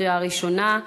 קריאה ראשונה.